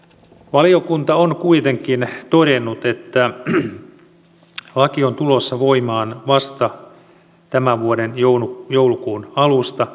valiokunta on kuitenkin todennut että laki on tulossa voimaan vasta tämän vuoden joulukuun alusta